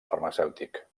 farmacèutic